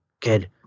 kid